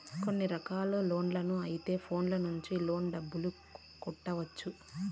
కొన్ని రకాల లోన్లకు అయితే ఫోన్లో నుంచి లోన్ డబ్బులు కట్టొచ్చు